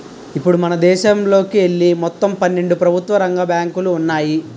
ఇప్పుడు మనదేశంలోకెళ్ళి మొత్తం పన్నెండు ప్రభుత్వ రంగ బ్యాంకులు ఉన్నాయి